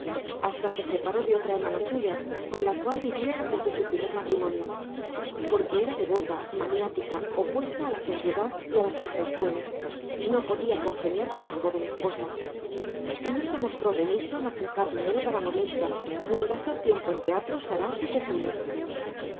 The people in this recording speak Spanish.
hasta se separó de otra hermana suya con la cual vivía desde su primer matrimonio porque era devota maniática opuesta a la sociedad y a las distracciones y no podía congeniar con la joven esposa y no se mostró remiso en aflojar dinero para modistas ni en gastar tiempo en teatros saraos y tertulias